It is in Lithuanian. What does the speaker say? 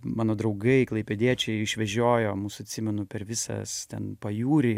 mano draugai klaipėdiečiai išvežiojo mus atsimenu per visas ten pajūrį